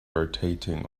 rotating